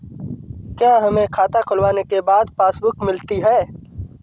क्या हमें खाता खुलवाने के बाद पासबुक मिलती है?